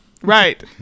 right